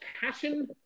passion